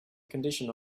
conditioned